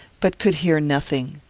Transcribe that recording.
but could hear nothing.